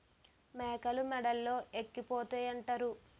మేకలు మేడలే ఎక్కిపోతాయంతారు